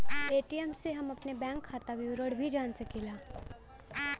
ATM से हम अपने बैंक खाता विवरण भी जान सकीला